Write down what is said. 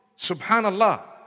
Subhanallah